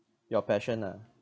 your passion ah